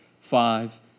Five